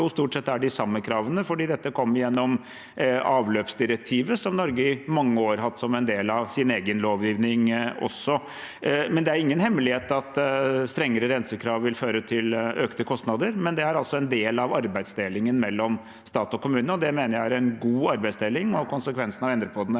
stort sett er de samme kravene, for dette kom gjennom avløpsdirektivet som Norge i mange år har hatt som en del av sin egen lovgivning. Det er ingen hemmelighet at strengere rensekrav vil føre til økte kostnader, men det er altså en del av arbeidsdelingen mellom stat og kommune. Jeg mener det er en god arbeidsdeling, og konsekvensene av å endre på den er